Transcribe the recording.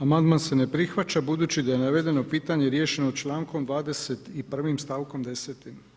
Amandman se ne prihvaća budući da je navedeno pitanje riješeno člankom 21. stavkom 10.